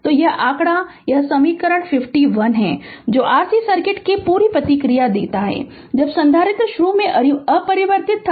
तो यह आंकड़ा यह समीकरण 51 है जो Rc सर्किट की पूरी प्रतिक्रिया देता है जब संधारित्र शुरू में अपरिवर्तित होता है